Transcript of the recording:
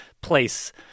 place